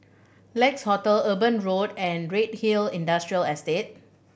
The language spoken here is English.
Lex Hotel Eben Road and Redhill Industrial Estate